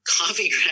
coffee